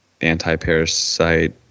anti-parasite